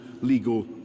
legal